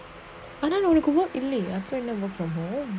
I don't know you could work in the afternoon work from home